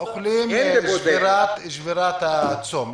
לשבירת הצום.